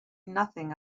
nothing